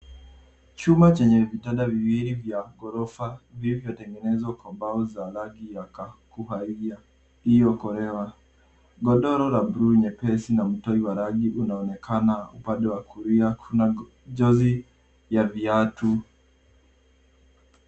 Chumba chenye vitanda viwili vya gorofa vilivyotenegenezwa kwa mbao za rangi ya kahawia iliyokolea. Godoro la buluu nyepesi na mto wa rangi unaonekana. Upande wa kulia kuna jozi ya viatu.